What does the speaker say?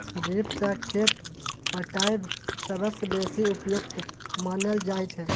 drip सँ खेत पटाएब सबसँ बेसी उपयुक्त मानल जाइ छै